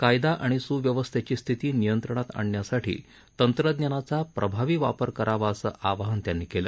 कायदा आणि सुव्यवस्थेची स्थिती नियंत्रणात आणण्यासाठी तंत्रज्ञानाचा प्रभावी वापर करावा असं आवाहन त्यांनी केलं